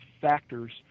factors